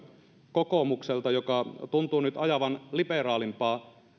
kokoomukselta joka tuntuu nyt ajavan liberaalimpaa